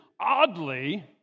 oddly